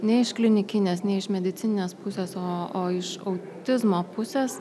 ne iš klinikinės ne iš medicininės pusės o iš autizmo pusės